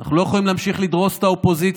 אנחנו לא יכולים להמשיך לדרוס את האופוזיציה.